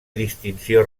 distinció